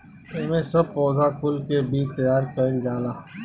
एमे सब पौधा कुल से बीज तैयार कइल जाला